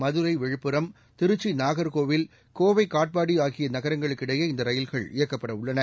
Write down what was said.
மதுரை விழுப்புரம் திருச்சி நாக்கோவில் கோவை காட்பாடி ஆகிய நகரங்களுக்கிடையே இந்த ரயில்கள் இயக்கப்பட உள்ளன